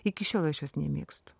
iki šiol aš jos nemėgstu